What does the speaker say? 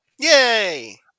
Yay